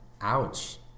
Ouch